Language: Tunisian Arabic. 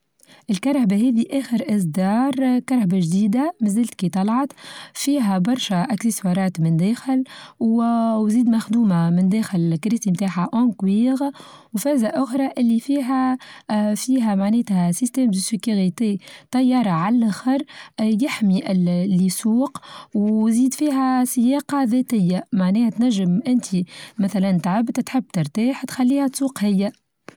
الكرهبا هذى آخر إصدار كرهبا چديدة مازيلتكى طلعت فيها برشا أكسيسوارات من داخل وزيد مخدومة من داخل الكريتى بتاعها اونجوغ وفازة أخرى اللي فيها اا فيها معناتها سيستم بشكل ت-طيارة عاللخر يحمى اللي يسوق ويزيد فيها سياقة ذاتية معناها تنجم أنتى مثلا تعبت تحب ترتاح تخليها تسوق هي.